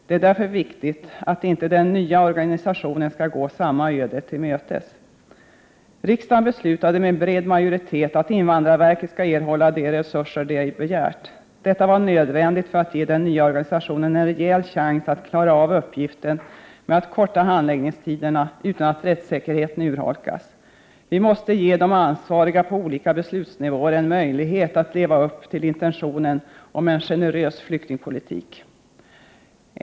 Det är därför viktigt att inte den nya organisationen går samma öde till mötes. Riksdagen beslutade med bred majoritet att invandrarverket skall erhålla de resurser som man har begärt. Detta var nödvändigt för att ge den nya organisationen en rejäl chans att klara av uppgiften med att förkorta handläggningstiderna utan att rättssäkerheten urholkas. Vi måste ge de ansvariga på olika beslutsnivåer en möjlighet att leva upp till intentionen om en generös flyktingpolitik.